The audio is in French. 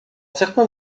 certains